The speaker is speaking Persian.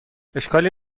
اشکالی